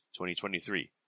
2023